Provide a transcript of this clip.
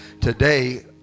today